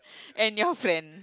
and your friend